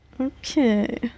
Okay